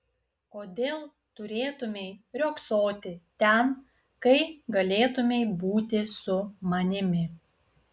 kodėl turėtumei riogsoti ten kai galėtumei būti su manimi